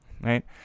right